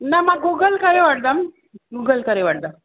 न मां गूगल करे वठंदमि गूगल करे वठंदमि